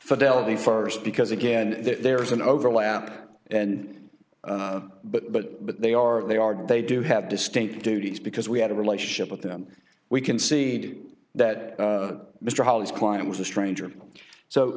fidelity first because again there's an overlap and but but but they are they are they do have distinct duties because we had a relationship with them we can see that mr holly's client was a stranger so